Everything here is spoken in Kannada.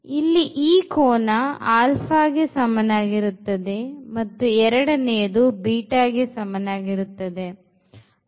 ಇಲ್ಲಿ ಈ ಕೋನ ಆಲ್ಫಾಗೆ ಸಮನಾಗಿರುತ್ತದೆ ಮತ್ತು ಎರಡನೆಯದು beta ಗೆ ಸಮನಾಗಿರುತ್ತದೆ